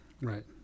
Right